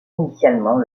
initialement